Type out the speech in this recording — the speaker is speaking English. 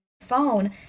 phone